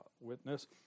witness